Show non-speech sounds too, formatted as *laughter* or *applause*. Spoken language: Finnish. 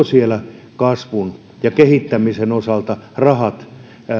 *unintelligible* siellä kasvun ja kehittämisen osalta rahat